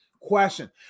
question